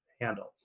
handle